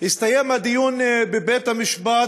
הסתיים הדיון בבית-המשפט